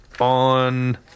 on